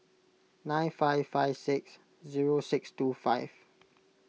nine five five six zero six two five